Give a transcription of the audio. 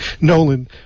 Nolan